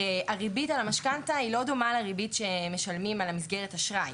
הרי הריבית על המשכנתה היא לא דומה לריבית שמשלמים על המסגרת אשראי.